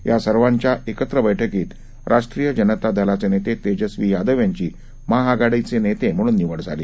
या सर्वांच्या एकत्र बर्रक्कीत राष्ट्रीय जनता दलाचे नेते तेजस्वी यादव यांची महाआघाडीचे नेते म्हणून निवड झाली